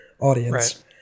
audience